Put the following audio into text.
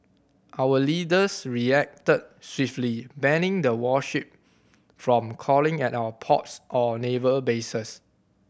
our leaders reacted swiftly banning the warship from calling at our ports or naval bases